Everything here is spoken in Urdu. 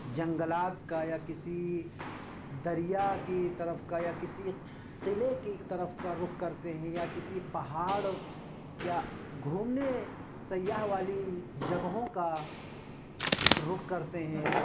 جنگلات كا یا كسی دریا كی طرف کا یا كسی قلعے کی طرف کا رخ کرتے ہیں یا کسی پہاڑ یا گھومنے سیاح والی جگہوں کا رخ کرتے ہیں